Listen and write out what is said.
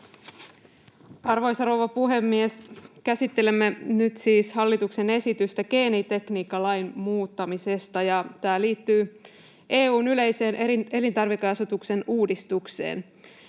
Arvoisa rouva puhemies! Käsittelemme nyt siis hallituksen esitystä geenitekniikkalain muuttamisesta. Tämä liittyy EU:n yleiseen elintarvikeasetuksen uudistukseen.